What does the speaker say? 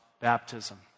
baptism